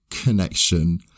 connection